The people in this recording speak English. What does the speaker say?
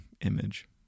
image